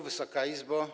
Wysoka Izbo!